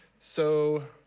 so